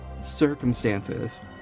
circumstances